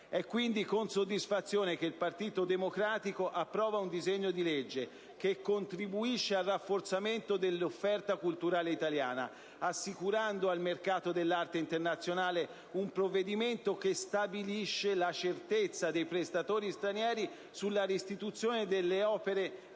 È quindi con soddisfazione che il Gruppo del Partito Democratico esprime un voto favorevole su tale disegno di legge che contribuisce al rafforzamento dell'offerta culturale italiana, assicurando al mercato dell'arte internazionale un provvedimento che stabilisce la certezza dei prestatori stranieri sulla restituzione delle opere